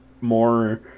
more